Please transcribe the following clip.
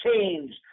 change